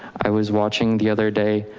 i was watching the other day.